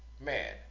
man